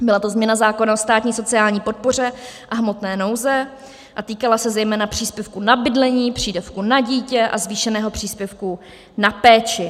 Byla to změna zákona o státní sociální podpoře a hmotné nouzi a týkala se zejména příspěvku na bydlení, přídavku na dítě a zvýšeného příspěvku na péči.